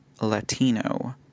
Latino